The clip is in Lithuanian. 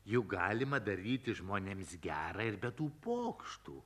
juk galima daryti žmonėms gera ir be tų pokštų